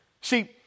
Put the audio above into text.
See